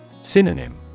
Synonym